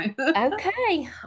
Okay